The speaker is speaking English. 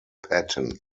patton